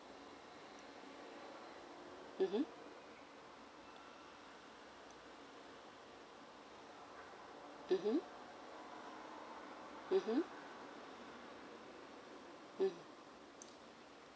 mmhmm mmhmm mmhmm um